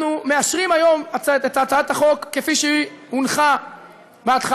אנחנו מאשרים היום את הצעת החוק כפי שהיא הונחה בהתחלה,